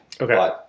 Okay